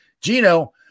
Gino